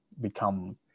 become